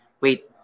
wait